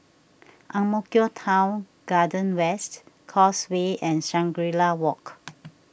Ang Mo Kio Town Garden West Causeway and Shangri La Walk